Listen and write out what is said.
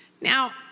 Now